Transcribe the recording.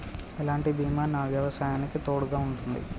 ఎలాంటి బీమా నా వ్యవసాయానికి తోడుగా ఉంటుంది?